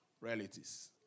realities